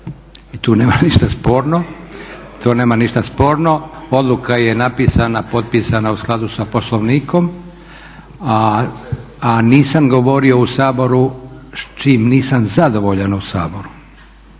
tu nema ništa sporno, odluka je napisana, potpisana u skladu sa Poslovnikom. A nisam govorio u Saboru s čim nisam zadovoljan u Saboru,